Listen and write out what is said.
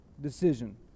decision